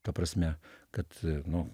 ta prasme kad nu